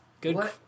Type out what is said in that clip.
Good